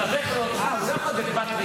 --- מתווך לו --- זה מה שיצא?